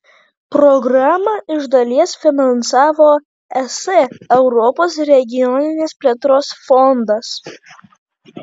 programą iš dalies finansavo es europos regioninės plėtros fondas